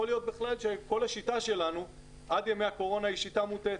יכול להיות שכל השיטה שלנו עד ימי הקורונה היא שיטה מוטעית.